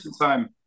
time